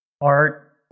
art